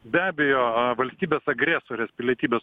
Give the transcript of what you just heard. be abejo valstybės agresorės pilietybės